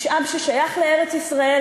משאב ששייך לארץ-ישראל,